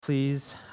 Please